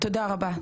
תודה רבה,